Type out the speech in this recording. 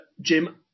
Jim